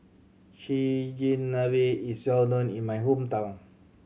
Chigenabe is well known in my hometown